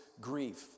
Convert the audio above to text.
grief